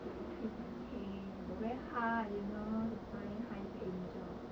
increase my pay but very hard you know to find high paying